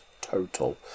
total